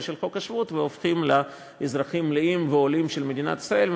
של חוק השבות והופכים לאזרחים מלאים ועולים של מדינת ישראל,